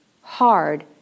hard